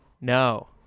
No